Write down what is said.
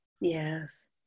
Yes